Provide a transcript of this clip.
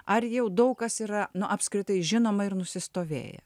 ar jau daug kas yra nu apskritai žinoma ir nusistovėję